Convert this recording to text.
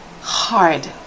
hard